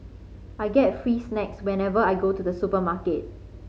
I get free snacks whenever I go to the supermarket